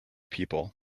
people